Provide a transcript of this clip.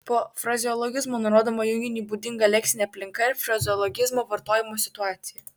po frazeologizmo nurodoma junginiui būdinga leksinė aplinka ir frazeologizmo vartojimo situacija